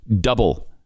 Double